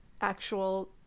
actual